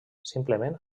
simplement